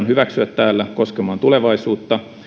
hyväksyä täällä koskemaan tulevaisuutta